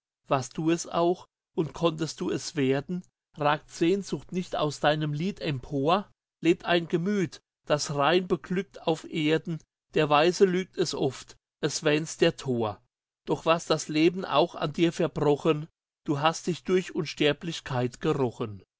warst du es auch und konntest du es werden ragt sehnsucht nicht aus deinem lied empor lebt ein gemüt das rein beglückt auf erden der weise lügt es oft es wähnt's der tor doch was das leben auch an dir verbrochen du hast dich durch unsterblichkeit gerochen